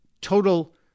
total